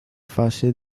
fase